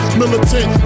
militant